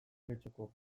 getxoko